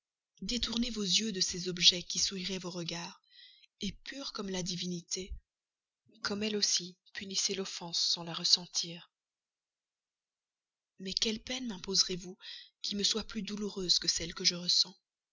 détournez vos yeux de ces objets qui souilleraient vos regards pure comme la divinité comme elle aussi punissez l'offense sans la ressentir mais quelle peine mimposerez vous qui me soit plus douloureuse que celle que je ressens